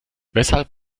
weshalb